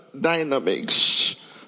dynamics